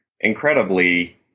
incredibly